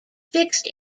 fixed